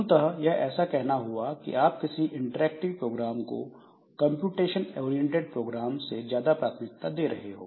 मूलतः यह ऐसा कहना हुआ कि आप किसी इंटरएक्टिव प्रोग्राम को कंप्यूटेशन ओरिएंटेड प्रोग्राम से ज्यादा प्राथमिकता दे रहे हो